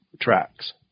tracks